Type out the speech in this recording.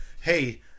hey